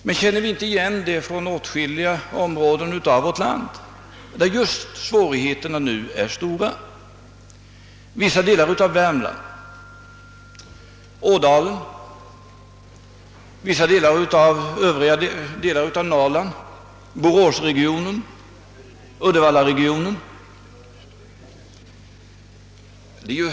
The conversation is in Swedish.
Men känner vi inte igen det problemet från åtskilliga andra områden i vårt land, där svårigheterna just nu är stora: vissa delar av Värmland, Ådalen, delar av Norrland, Bohusregionen och Uddevallaregionen.